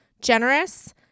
generous